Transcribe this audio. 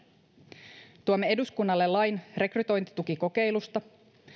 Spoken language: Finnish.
työmarkkinoille tuomme eduskunnalle lain rekrytointitukikokeilusta